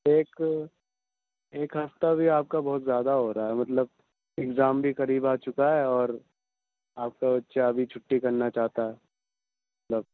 ایک ایک ہفتہ بھی آپ کا بہت زیادہ ہو رہا ہے مطلب اگزام بھی قریب آ چکا ہے اور آپ کا بچہ ابھی چھٹی کرنا چاہتا ہے مطلب